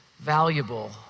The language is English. valuable